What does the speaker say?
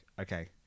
okay